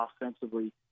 offensively